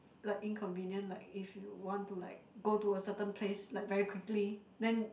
like inconvenient like if you want to like go to a certain place like very quickly then